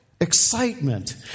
excitement